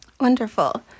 Wonderful